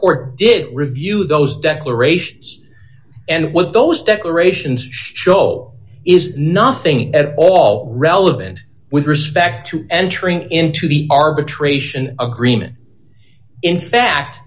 court did review those declarations and what those declarations show is nothing at all relevant with respect to entering into the arbitration agreement in fact